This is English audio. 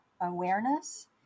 awareness